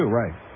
right